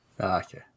Okay